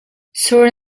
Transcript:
sur